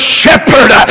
shepherd